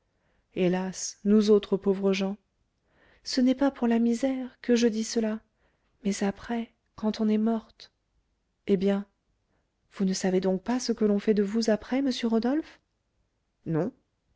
hélas nous autres pauvres gens ce n'est pas pour la misère que je dis cela mais après quand on est morte eh bien vous ne savez donc pas ce que l'on fait de vous après monsieur rodolphe non